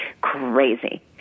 crazy